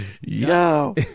Yo